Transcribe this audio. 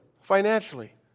financially